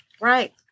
Right